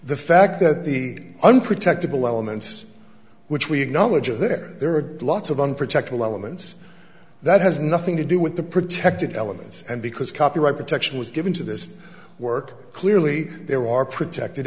the fact that the un protectable elements which we acknowledge of there there are lots of unprotected elements that has nothing to do with the protected elements and because copyright protection was given to this work clearly there are protected